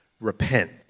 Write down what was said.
repent